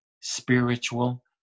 spiritual